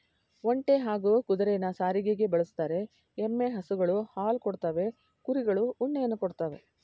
ಒಂಟೆ ಹಾಗೂ ಕುದುರೆನ ಸಾರಿಗೆಗೆ ಬಳುಸ್ತರೆ, ಎಮ್ಮೆ ಹಸುಗಳು ಹಾಲ್ ಕೊಡ್ತವೆ ಕುರಿಗಳು ಉಣ್ಣೆಯನ್ನ ಕೊಡ್ತವೇ